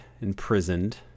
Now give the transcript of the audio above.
imprisoned